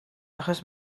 achos